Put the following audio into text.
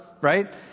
right